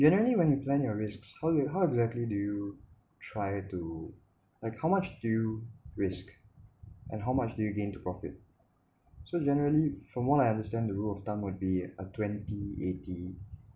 generally when you plan your risks how how exactly do you try to like how much do you risk and how much do you gain to profit so generally from what I understand the rule of thumb would be a twenty eighty